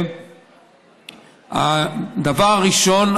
הדבר הראשון,